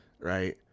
right